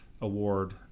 award